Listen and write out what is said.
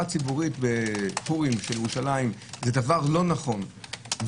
ציבורית בפורים בירושלים זה לא נכון,